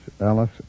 Alice